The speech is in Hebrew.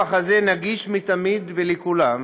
הכוח הזה נגיש מתמיד ולכולם,